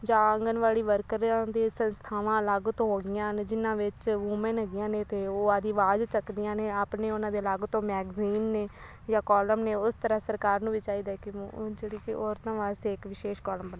ਜਾਂ ਆਂਗਨਵਾੜੀ ਵਰਕਰਾਂ ਦੀਆਂ ਸੰਸਥਾਵਾਂ ਅਲੱਗ ਤੋਂ ਹੋ ਗਈਆਂ ਹਨ ਜਿਨ੍ਹਾਂ ਵਿੱਚ ਵੁਮੈਨ ਹੈਗੀਆਂ ਨੇ ਅਤੇ ਉਹ ਆਪਣੀ ਆਵਾਜ਼ ਚੁੱਕਦੀਆਂ ਨੇ ਆਪਣੇ ਉਨ੍ਹਾਂ ਦੇ ਅਲੱਗ ਤੋਂ ਮੈਗਜ਼ੀਨ ਨੇ ਜਾਂ ਕੋਲਮ ਨੇ ਉਸ ਤਰ੍ਹਾਂ ਸਰਕਾਰ ਨੂੰ ਵੀ ਚਾਹੀਦਾ ਕਿ ਉਹ ਜਿਹੜੀ ਕੇ ਔਰਤਾਂ ਵਾਸਤੇ ਇੱਕ ਵਿਸ਼ੇਸ਼ ਕੋਲਮ ਬਣਾਏ